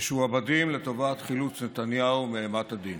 משועבדים לטובת חילוץ נתניהו מאימת הדין.